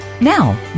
Now